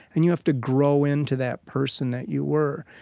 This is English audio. and you have to grow into that person that you were.